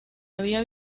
había